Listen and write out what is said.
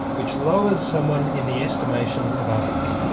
which lowers someone in the estimation of others.